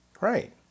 Right